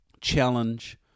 challenge